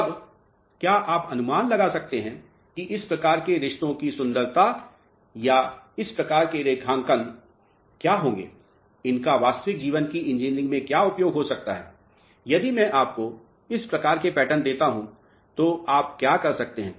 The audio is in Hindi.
अब क्या आप अनुमान लगा सकते हैं कि इस प्रकार के रिश्तों की सुंदरता या इस प्रकार के रेखांकन क्या होंगे इनका वास्तविक जीवन कि इंजिनीरिंग में क्या उपयोग हो सकता हैं यदि मैं आपको इस प्रकार के पैटर्न देता हूं तो आप क्या कर सकते हैं